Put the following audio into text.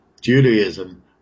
Judaism